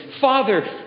Father